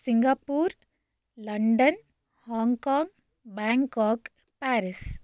Singapore London Hong Kong Bangkok Paris